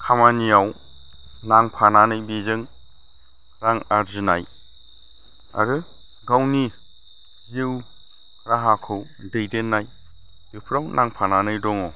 खामानियाव नांफानानै बिजों रां आरजिनाय आरो गावनि जिउ राहाखौ दैदेननाय बेफोराव नांफानानै दङ